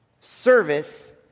Service